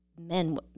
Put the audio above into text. men